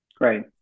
Right